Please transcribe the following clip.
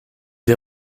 des